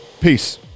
Peace